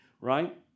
right